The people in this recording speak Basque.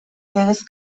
legez